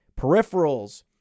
peripherals